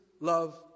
love